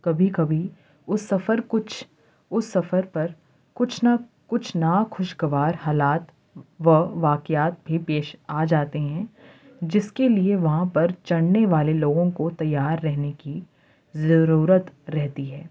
کبھی کبھی اس سفر کچھ اس سفر پر کچھ نا کچھ نا خوشگوار حالات و واقعات بھی پیش آ جاتے ہیں جس کے لیے وہاں پر چڑھنے والے لوگوں کو تیار رہنے کی ضرورت رہتی ہے